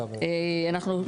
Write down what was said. אנחנו,